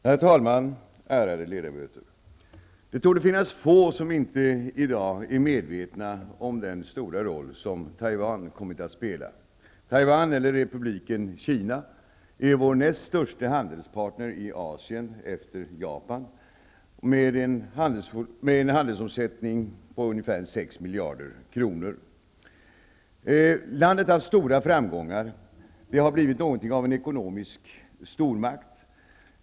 Herr talman! Ärade ledamöter! Det torde finnas få som inte i dag är medvetna om den stora roll som Taiwan kommit att spela. Taiwan, eller Republiken Kina, är vår näst största handelspartner i Asien efter Japan, med en handelsomsättning på ungefär 6 miljarder kronor. Landet har haft stora framgångar. Det har blivit något av en ekonomisk stormakt.